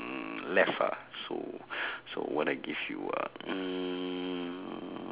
mm left ah so so what I give you ah mm